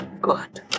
good